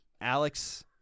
Alex